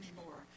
anymore